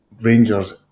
Rangers